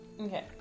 Okay